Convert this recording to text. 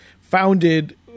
founded